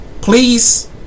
Please